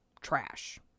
trash